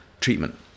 treatment